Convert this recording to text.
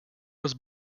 was